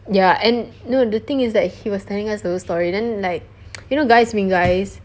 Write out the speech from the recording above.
ya and no the thing is that he was telling us the whole story then like you know guys being guys